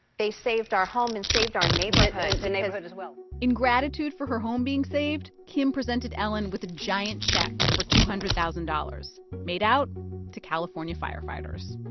they saved our home and saved our neighborhood the neighborhood as well in gratitude for her home being saved, kim presented ellen with a giant check for two hundred thousand dollars, made out to california firefighters